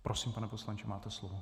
Prosím, pane poslanče, máte slovo.